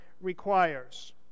requires